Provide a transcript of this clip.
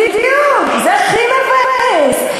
בדיוק, זה הכי מבאס.